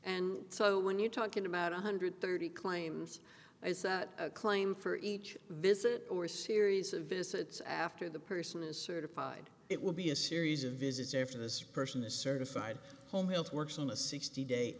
and so when you're talking about one hundred thirty claims a claim for each visit or a series of visits after the person is certified it will be a series of visits after this person is certified home health works on a sixty da